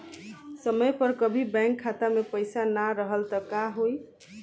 समय पर कभी बैंक खाता मे पईसा ना रहल त का होई?